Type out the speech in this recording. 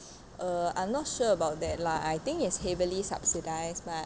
err I'm not sure about that lah I think it's heavily subsidised but